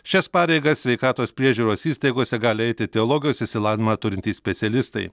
šias pareigas sveikatos priežiūros įstaigose gali eiti teologijos išsilavinimą turintys specialistai